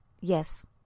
Yes